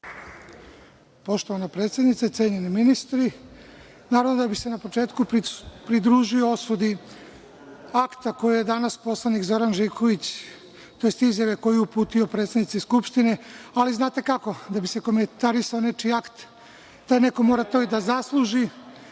Poštovana predsednice, cenjeni ministri, na početku bih se pridružio osudi akta koji je danas poslanik Zoran Živković, tj. izjave koju je uputio predsednici Skupštine. Ali, znate kako, da bi se komentarisao nečiji akt, taj neko mora to da zasluži,